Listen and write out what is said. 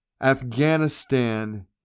Afghanistan